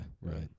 right